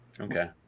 Okay